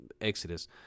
Exodus